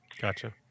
Gotcha